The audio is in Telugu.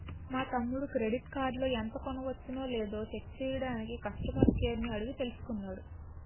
మా తమ్ముడు క్రెడిట్ కార్డులో ఎంత కొనవచ్చునో లేదో చెక్ చెయ్యడానికి కష్టమర్ కేర్ ని అడిగి తెలుసుకున్నాడు